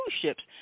ships